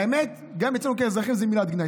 האמת, גם אצלנו כאזרחים זאת מילת גנאי.